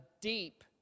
deep